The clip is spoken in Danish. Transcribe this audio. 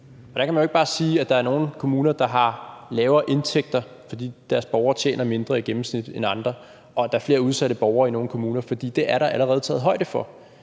Der kan man jo ikke bare sige, at der er nogle kommuner, der har lavere indtægter, fordi deres borgere tjener mindre i gennemsnit end andre, og at der er flere udsatte borgere i nogle kommuner, for det er der allerede taget højde for